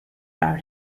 are